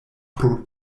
pro